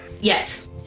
Yes